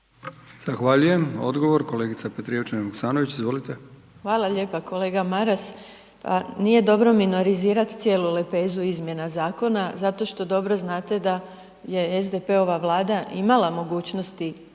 izvolite. **Petrijevčanin Vuksanović, Irena (HDZ)** Hvala lijepo kolega Maras. Nije dobro minorizirati cijelu lepezu izmjena zakona zato što dobro znate da je SDP-ova Vlada imala mogućnosti